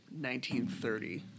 1930